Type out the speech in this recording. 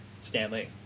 stanley